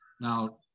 Now